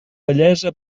bellesa